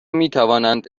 میتوانند